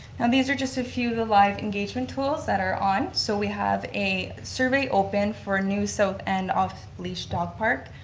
and these are just a few of the live engagement tools that are on, so we have a survey open for a new south end off leash dog park,